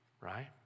right